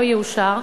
לא יאושר,